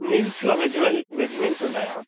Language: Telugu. మీల్స్లో వెజ్ వెల్ వెజ్ మీల్స్ ఉంటాయా